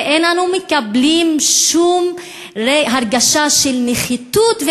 ואין אנו מקבלים שום הרגשה של נחיתות,